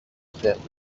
frère